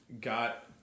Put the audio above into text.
got